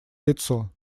лицо